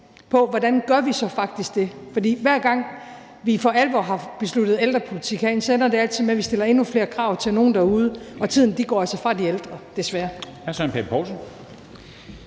så faktisk gør det. For hver gang vi for alvor har besluttet ældrepolitik herinde, ender det altid med, at vi stiller endnu flere krav til nogle derude, og tiden går altså fra de ældre, desværre.